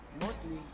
mostly